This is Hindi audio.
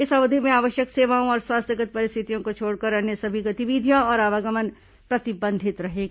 इस अवधि में आवश्यक सेवाओं और स्वास्थ्यगत् परिस्थितियों को छोड़कर अन्य सभी गतिविधियां और आवागमन प्रतिबंधित रहेगा